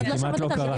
וזה כמעט לא קרה.